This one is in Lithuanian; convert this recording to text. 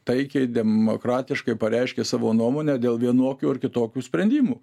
taikiai demokratiškai pareiškia savo nuomonę dėl vienokių ar kitokių sprendimų